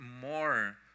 more